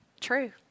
True